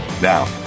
Now